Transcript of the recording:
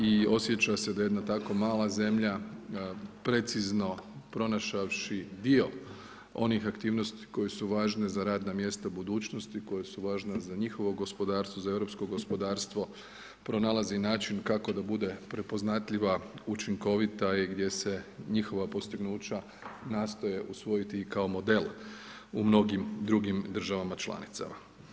I osjeća se da jedna tako mala zemlja precizno pronašavši dio onih aktivnosti koje su važne za radna mjesta budućnosti, koja su važna za njihovo gospodarstvo, za europskog gospodarstvo pronalazi i način kako da bude prepoznatljiva, učinkovita i gdje se njihova postignuća nastoje usvojiti i kao model u mnogim drugim državama članicama.